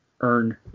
earn